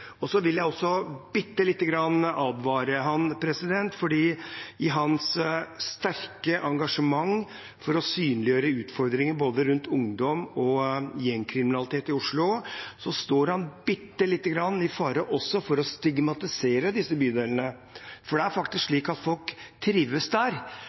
Så vil jeg advare ham bitte lite grann, for i hans sterke engasjement for å synliggjøre utfordringer rundt både ungdom og gjengkriminalitet i Oslo står han også litt i fare for å stigmatisere disse bydelene. For det er faktisk slik at folk trives der,